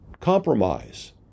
compromise